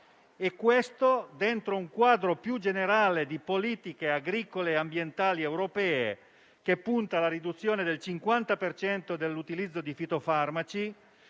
all'interno di un quadro più generale di politiche agricole e ambientali europee che punta alla riduzione del 50 per cento dell'utilizzo di fitofarmaci,